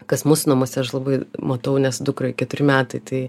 kas mūsų namuose aš labai matau nes dukrai keturi metai tai